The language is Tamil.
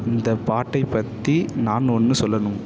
இந்தப் பாட்டை பற்றி நான் ஒன்று சொல்லணும்